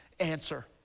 Answer